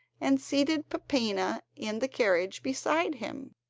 and seated peppina in the carriage beside him.